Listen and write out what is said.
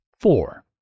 Four